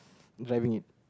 driving it